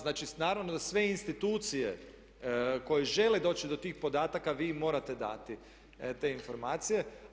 Znači, naravno da sve institucije koje žele doći do tih podataka vi im morate dati te informacije.